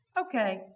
Okay